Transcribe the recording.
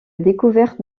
découverte